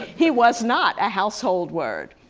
he was not a household word.